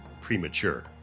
premature